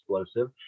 explosive